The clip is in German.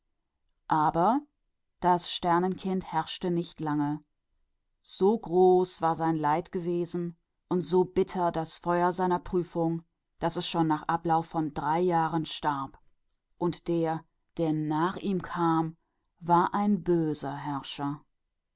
doch das sternenkind herrschte nicht lange so groß war sein leiden und so bitter das feuer seiner prüfung gewesen denn nach drei jahren starb es und der nach ihm kam herrschte übel